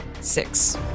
Six